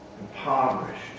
impoverished